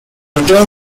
return